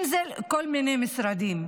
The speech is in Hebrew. אם זה לכל מיני משרדים.